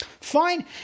Fine